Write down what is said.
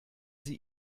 sie